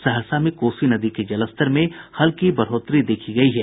सहरसा में कोसी नदी के जलस्तर में हल्की वृद्धि देखी गयी है